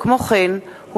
ברשות יושב-ראש הכנסת,